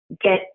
get